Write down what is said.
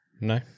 No